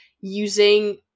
using